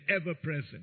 ever-present